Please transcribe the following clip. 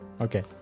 okay